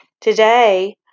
Today